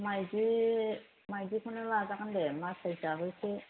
माइदि माइदिखौनो लाजागोन दे मासराइसाबो एसे